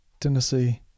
Tennessee